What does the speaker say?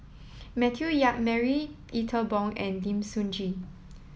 Matthew Yap Marie Ethel Bong and Lim Sun Gee